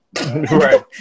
Right